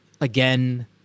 Again